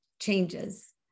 changes